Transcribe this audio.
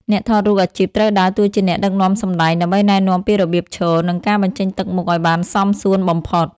អ្នកថតរូបអាជីពត្រូវដើរតួជាអ្នកដឹកនាំសម្តែង ដើម្បីណែនាំពីរបៀបឈរ និងការបញ្ចេញទឹកមុខឱ្យបានសមសួនបំផុត។